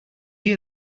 hear